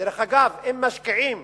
דרך אגב, אם משקיעים